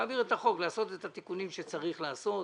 לעשות את התיקונים שצריך לעשות.